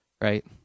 right